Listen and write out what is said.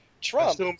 Trump